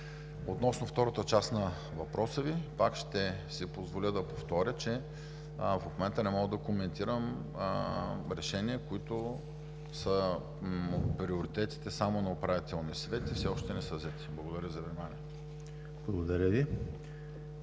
Относно втората част на въпроса Ви пак ще си позволя да повторя, че в момента не мога да коментирам решения, които са от приоритетите само на Управителния съвет и все още не са взети. Благодаря за вниманието.